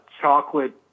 chocolate